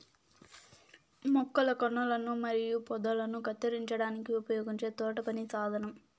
మొక్కల కొనలను మరియు పొదలను కత్తిరించడానికి ఉపయోగించే తోటపని సాధనం